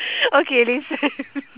okay listen